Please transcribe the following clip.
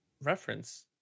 reference